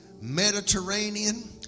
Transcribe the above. Mediterranean